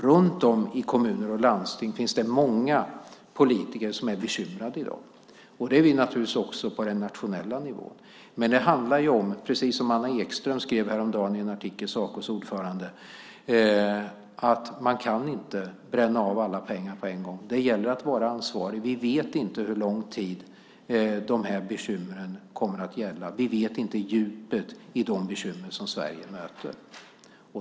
Runt om i kommuner och landsting finns det i dag många politiker som är bekymrade. Det är vi givetvis också på nationell nivå. Men precis som Sacos ordförande Anna Ekström skrev i en artikel häromdagen handlar det om att man inte kan bränna alla pengar på en gång. Det gäller att vara ansvarig. Vi vet inte hur lång tid dessa bekymmer kommer att finnas. Vi vet inte djupet i de bekymmer som Sverige möter.